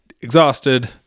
exhausted